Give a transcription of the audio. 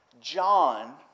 John